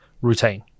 routine